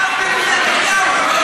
להבדיל מנתניהו,